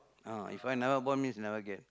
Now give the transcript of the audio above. ah If I never born means never get